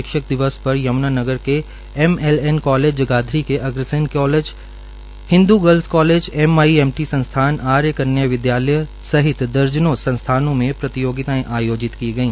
शिक्षकदिवस पर यम्नानगर के MLN college Jagadhri के Agrasen college Hindu girls college M I M T संस्थान हिंदू कन्या विदयालय सहित दर्जनों संस्थानों में प्रतियोगितितायें आयोजित की गई